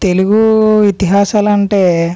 తెలుగు ఇతిహాసాలు అంటే